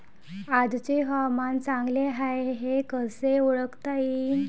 आजचे हवामान चांगले हाये हे कसे ओळखता येईन?